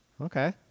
Okay